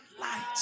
light